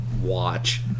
watch